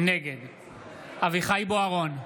נגד אביחי אברהם בוארון,